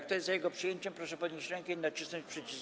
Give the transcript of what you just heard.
Kto jest za jego przyjęciem, proszę podnieść rękę i nacisnąć przycisk.